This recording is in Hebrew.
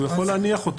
הוא יכול להניח אותו.